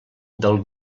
del